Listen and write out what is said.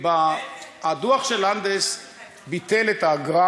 הדוח של לנדס ביטל את האגרה.